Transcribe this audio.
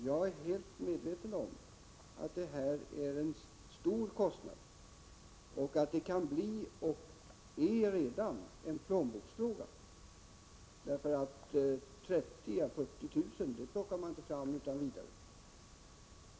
Jag är helt medveten om att en adoption innebär en stor kostnad och att det kan bli — och redan är — en plånboksfråga. 30 000 å 40 000 plockar man inte fram utan vidare.